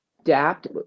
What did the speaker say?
adapt